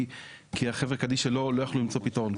כי החבר'ה קדישה לא יכלו למצוא פתרון.